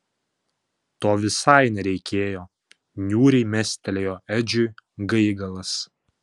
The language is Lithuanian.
to visai nereikėjo niūriai mestelėjo edžiui gaigalas